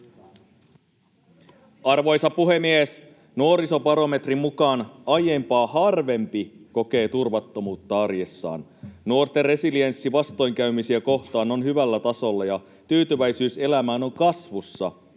Arvoisa puhemies! Nuorisobarometrin mukaan aiempaa harvempi kokee turvattomuutta arjessaan. Nuorten resilienssi vastoinkäymisiä kohtaan on hyvällä tasolla ja tyytyväisyys elämään on kasvussa